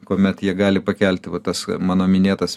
kuomet jie gali pakelti va tas mano minėtas